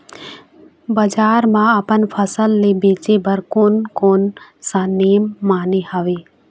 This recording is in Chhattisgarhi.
बजार मा अपन फसल ले बेचे बार कोन कौन सा नेम माने हवे?